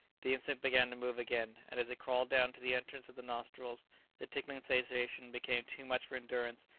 the insect began to move again, and as it crawled down to the entrance of the nostrils the tickling sensation became too much for endurance,